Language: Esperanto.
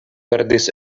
perdis